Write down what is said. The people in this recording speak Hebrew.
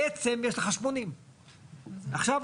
בעצם יש לך 80. עכשיו,